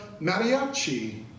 mariachi